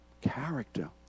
character